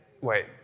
wait